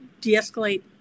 de-escalate